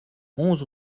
onze